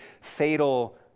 fatal